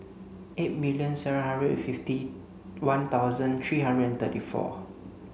eight million seven hundred fifty one thousand three hundred and thirty four